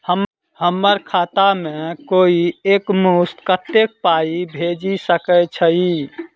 हम्मर खाता मे कोइ एक मुस्त कत्तेक पाई भेजि सकय छई?